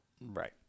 Right